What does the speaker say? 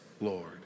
Lord